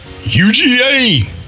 UGA